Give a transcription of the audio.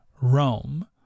Rome